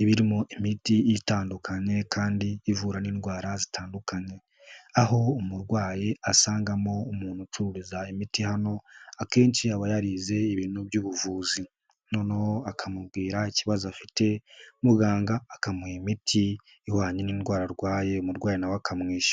iba irimo imiti itandukanye kandi ivura n'indwara zitandukanye, aho umurwayi asangamo umuntu ucururiza imiti hano akenshi aba yarize ibintu by'ubuvuzi noneho akamubwira ikibazo afite muganga akamuha imiti ihwanye n'indwara arwaye, umurwayi na we akamwishyura.